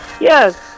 Yes